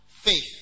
Faith